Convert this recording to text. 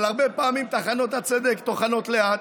אבל הרבה פעמים טחנות הצדק טוחנות לאט,